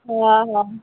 हा हा